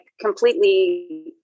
completely